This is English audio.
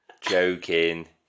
Joking